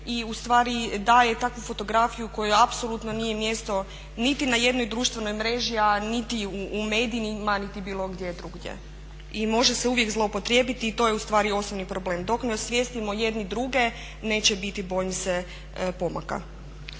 i ustvari daje takvu fotografiju kojoj apsolutno nije mjesto niti na jednoj društvenoj mreži a niti u medijima niti bilo gdje drugdje i može se uvijek zloupotrijebiti i to je ustvari osobni problem. Dok ne osvijestimo jedni druge neće biti bojim se pomaka.